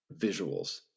visuals